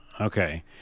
Okay